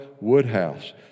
Woodhouse